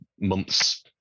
months